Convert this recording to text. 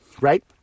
right